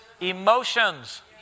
Emotions